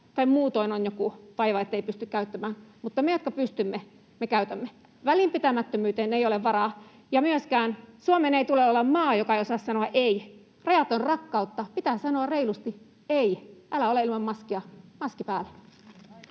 muutoin on joku vaiva, ettei pysty käyttämään. Mutta me, jotka pystymme, käytämme. Välinpitämättömyyteen ei ole varaa. Ja myöskään Suomen ei tule olla maa, joka ei osaa sanoa ”ei”. Rajat ovat rakkautta, pitää sanoa reilusti, että ei, älä ole ilman maskia, maski päälle.